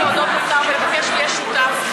אני רוצה להודות לשר ולבקש שיהיה שותף.